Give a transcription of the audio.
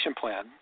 plan